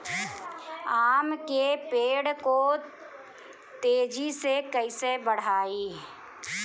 आम के पेड़ को तेजी से कईसे बढ़ाई?